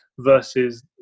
versus